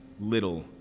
little